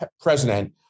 president